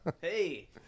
Hey